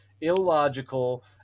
illogical